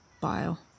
bile